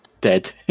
dead